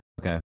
okay